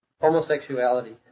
Homosexuality